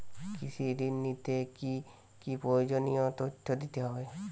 কৃষি ঋণ নিতে কি কি প্রয়োজনীয় তথ্য দিতে হবে?